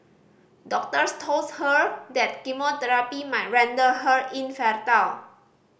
doctors told her that might render her infertile